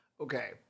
okay